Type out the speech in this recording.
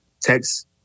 text